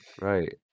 Right